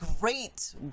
great